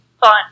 Fun